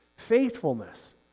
faithfulness